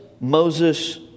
Moses